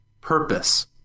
purpose